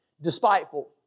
Despiteful